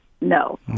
No